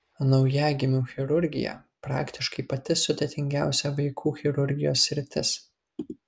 naujagimių chirurgija praktiškai pati sudėtingiausia vaikų chirurgijos sritis